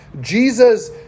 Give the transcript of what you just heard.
Jesus